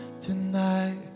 tonight